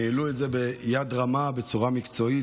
ניהל את זה ביד רמה, בצורה מקצועית.